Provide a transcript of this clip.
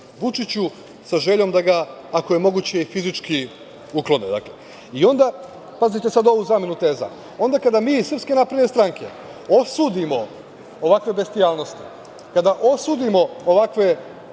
Vučiću sa željom da ga, ako je moguće, fizički uklone. Onda, pazite sad ovu zamenu teza, onda kada mi iz SNS osudimo ovakve bestijalnosti, kada osudimo ovakve